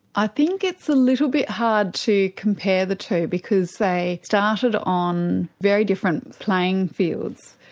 i think it's a little bit hard to compare the two because they started on very different playing fields,